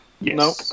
Nope